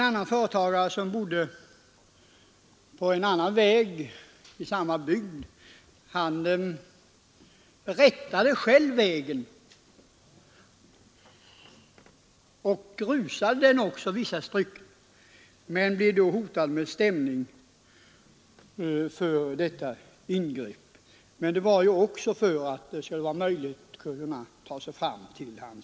En företagare som bodde vid en annan väg i samma bygd rätade själv vägen och grusade även vissa stycken av den men blev då hotad med stämning för detta ingrepp. Han hade emellertid gjort det för att det skulle bli möjligt att ta sig fram till företaget.